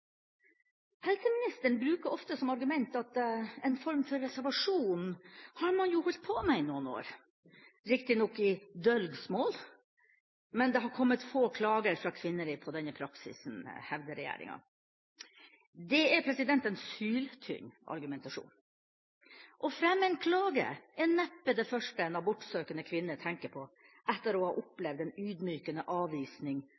Helseministeren bruker ofte som argument at en form for reservasjon har man jo holdt på med i noen år – riktignok i dølgsmål, men det har kommet få klager fra kvinner på denne praksisen, hevder regjeringa. Det er en syltynn argumentasjon. Å fremme en klage er neppe det første en abortsøkende kvinne tenker på etter å ha